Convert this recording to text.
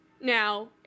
now